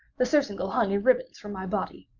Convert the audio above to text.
the surcingle hung in ribands from my body.